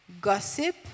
gossip